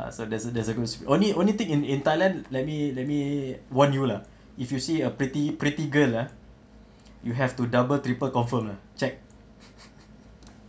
ah so there's a there's a gos~ only only thing in in thailand let me let me warn you lah if you see a pretty pretty girl ah you have to double triple confirm lah check